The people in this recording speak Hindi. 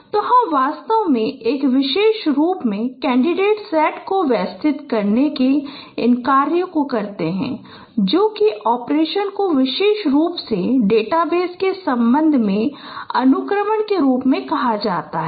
तो हम वास्तव में एक विशेष रूप में कैंडिडेट सेट को व्यवस्थित करने के इन कार्यों को कहते हैं जो कि ऑपरेशन को विशेष रूप से डेटाबेस के संबंध में अनुक्रमण के रूप में भी कहा जाता है